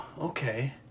okay